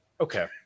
Okay